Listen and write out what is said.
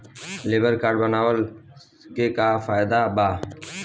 Labour card बनवाला से का फायदा बा?